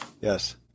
Yes